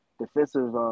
defensive